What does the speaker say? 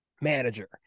manager